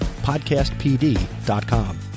podcastpd.com